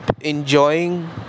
enjoying